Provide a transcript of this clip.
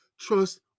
Trust